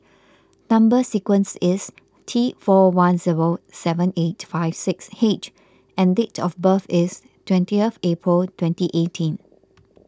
Number Sequence is T four one zero seven eight five six H and date of birth is twentieth April twenty eighteen